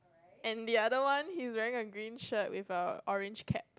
and the other one he's wearing a green shirt with a orange cap